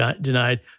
denied